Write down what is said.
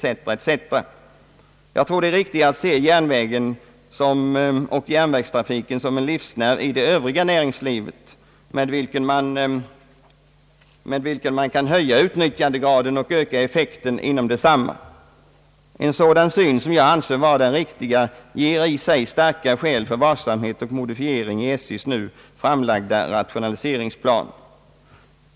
Jag tror att det är riktigare att se järnvägen och järnvägstrafiken som en livsnerv i det övriga näringslivet, med vilken man kan höja utnyttjandegraden och öka effekten inom detta. En sådan syn, som jag anser vara den riktiga, ger i sig starka skäl för varsamhet och modifiering i SJ:s nu framlagda rationaliseringsplan.